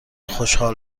خوشحال